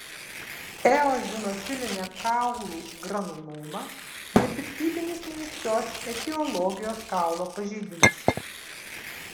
eozinofilinė kaulų granuloma nepiktybinis neaiškios etiologijos kaulo pažeidimas